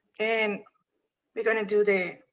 and we're gonna do the